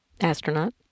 Astronaut